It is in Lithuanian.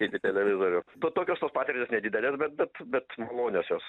kaip į televizorių to tokios tos patirtys nedidelės bet bet bet malonios jos